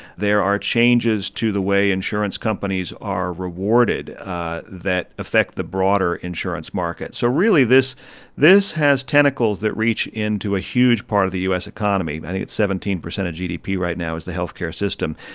there are changes to the way insurance companies are rewarded that affect the broader insurance market so really, this this has tentacles that reach into a huge part of the u s. economy. i think it's seventeen percent of gdp right now is the health care system.